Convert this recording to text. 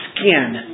skin